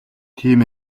тийм